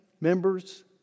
members